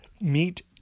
meet